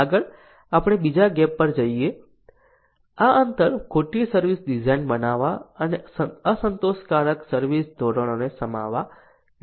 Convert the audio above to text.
આગળ આપણે બીજા ગેપ પર જઈએ છીએ આ અંતર ખોટી સર્વિસ ડિઝાઇન બનાવવા અને અસંતોષકારક સર્વિસ ધોરણોને સમાવવા વિશે છે